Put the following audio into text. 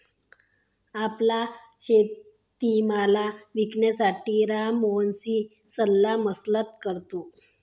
आपला शेतीमाल विकण्यासाठी राम मोहनशी सल्लामसलत करतो